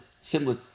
similar